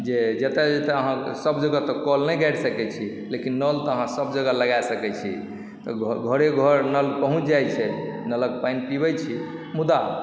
जे जतय जतय अहाँसभ जगह तऽ कल नहि गारि सकैत छी लेकिन नल तऽ अहाँ सभ जगह लगै सकैत छी तऽ घरे घर नल पहुँच जाइत छै नलक पानि पिबय छी मुदा